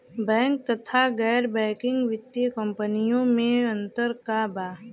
Bank तथा गैर banking वित्तीय कम्पनीयो मे अन्तर का बा?